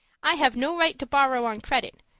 i have no right to borrow on credit,